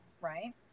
right